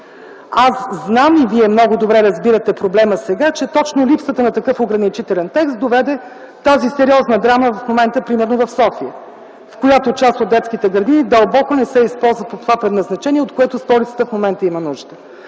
Аз знам и вие много добре разбирате проблема сега, че точно липсата на такъв ограничителен текст доведе тази сериозна драма, например в момента в София, в която част от детските градини дълбоко не се използват по това предназначение, от което столицата има нужда.